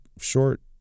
short